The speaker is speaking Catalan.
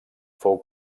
fou